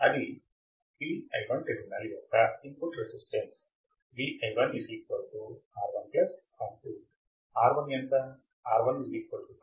అది Vi1 terminal యొక్క input resistance Vi1 R1 R2